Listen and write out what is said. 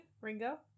Ringo